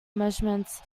measurements